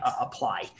apply